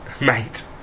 Mate